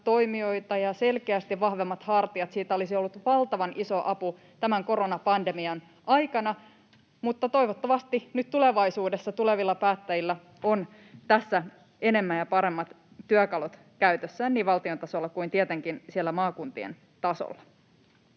toimijoita ja selkeästi vahvemmat hartiat, olisi ollut valtavan iso apu tämän koronapandemian aikana. Mutta toivottavasti tulevaisuudessa, tulevilla päättäjillä, on tässä enemmän ja paremmat työkalut käytössään niin valtion tasolla kuin tietenkin siellä maakuntien tasolla.